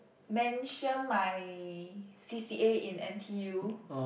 mention my c_c_a in n_t_u